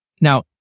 Now